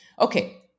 Okay